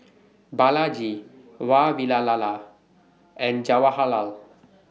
Balaji Vavilala and Jawaharlal